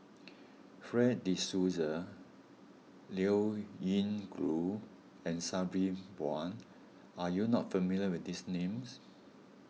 Fred De Souza Liao Yingru and Sabri Buang are you not familiar with these names